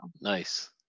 Nice